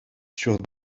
sur